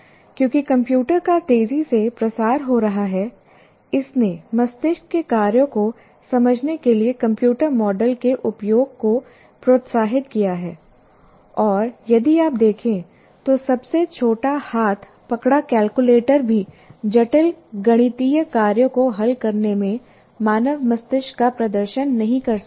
क्योंकि कंप्यूटर का तेजी से प्रसार हो रहा है इसने मस्तिष्क के कार्यों को समझाने के लिए कंप्यूटर मॉडल के उपयोग को प्रोत्साहित किया है और यदि आप देखें तो सबसे छोटा हाथ पकड़ा कैलकुलेटर भी जटिल गणितीय कार्यों को हल करने में मानव मस्तिष्क का प्रदर्शन नहीं कर सकता है